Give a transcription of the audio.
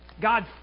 God